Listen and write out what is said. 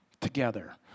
together